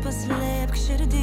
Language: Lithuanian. pas širdį